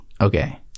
Okay